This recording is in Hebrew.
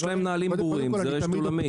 יש להם נהלים ברורים, זאת רשת עולמית.